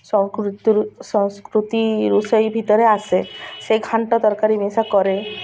ସଂସ୍କୃତି ରୋଷେଇ ଭିତରେ ଆସେ ସେଇ ଘାଣ୍ଟ ତରକାରୀ ମିଶା କରେ